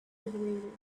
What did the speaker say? waiting